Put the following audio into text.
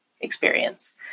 experience